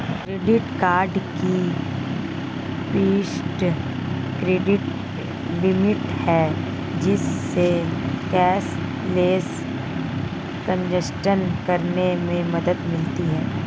credit card की preset credit limit है, जिससे कैशलेस ट्रांज़ैक्शन करने में मदद मिलती है